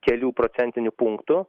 kelių procentinių punktų